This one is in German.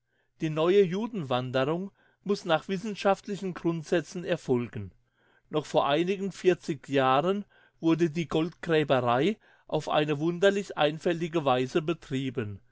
die neue judenwanderung muss nach wissenschaftlichen grundsätzen erfolgen noch vor einigen vierzig jahren wurde die goldgräberei auf eine wunderlich einfältige weise betrieben